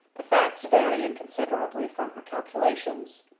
the facts varying considerably from her calculations.